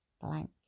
blank